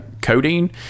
codeine